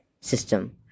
system